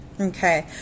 Okay